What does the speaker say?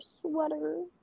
sweater